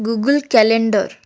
Google calendar